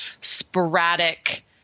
sporadic